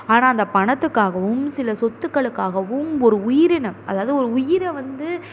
ஆனால் அந்த பணத்துக்காகவும் சில சொத்துக்களுக்காகவும் ஒரு உயிரினம் அதாது ஒரு உயிரை வந்து